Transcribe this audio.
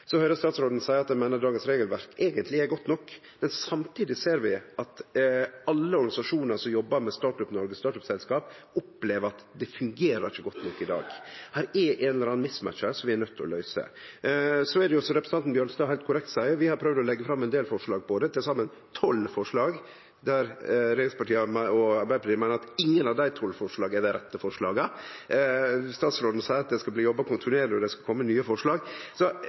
høyrer statsråden seie at han meiner dagens regelverk eigentleg er godt nok, men samtidig ser vi at alle organisasjonar som jobbar med Startup-Noreg, startup-selskap, opplever at det ikkje fungerer godt nok i dag. Det er ein eller annan mismatch her som vi er nøydde til å løyse. Som representanten Bjørnstad heilt korrekt seier, har vi prøvd å leggje fram ein del forslag om det, til saman tolv forslag, der regjeringspartia og Arbeidarpartiet meiner at ingen av dei tolv forslaga er det rette forslaget. Statsråden seier at det skal bli jobba kontinuerleg, og at det skal kome nye forslag.